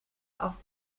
auf